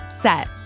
set